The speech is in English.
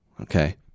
okay